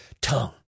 tongue